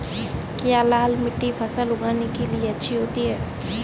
क्या लाल मिट्टी फसल उगाने के लिए अच्छी होती है?